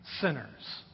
sinners